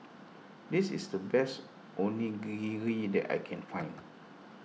this is the best Onigiri that I can find